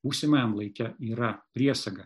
būsimajam laike yra priesaga